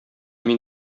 мин